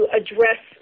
address